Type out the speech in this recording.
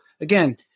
again